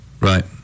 Right